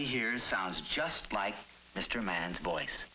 he hears sounds just like mr man's voice